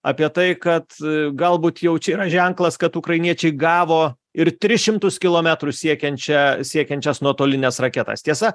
apie tai kad galbūt jau čia yra ženklas kad ukrainiečiai gavo ir tris šimtus kilometrų siekiančią siekiančias nuotolines raketas tiesa